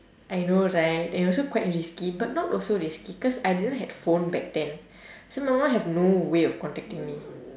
I know right and also quite risky but not also risky cause I didn't had phone back then so my mum have no way of contacting me